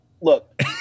Look